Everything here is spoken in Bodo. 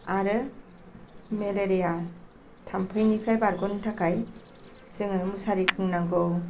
आरो मेलेरिया थाम्फैनिफ्राय बारग'नो थाखाय जोङो मुसारि सोंनांगौ